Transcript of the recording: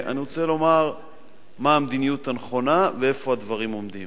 אני רוצה לומר מה המדיניות הנכונה ואיפה הדברים עומדים.